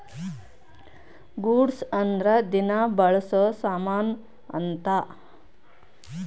goods ಅಂದ್ರ ದಿನ ಬಳ್ಸೊ ಸಾಮನ್ ಅಂತ